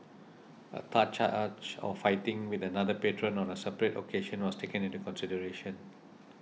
a third charge of fighting with another patron on a separate occasion was taken into consideration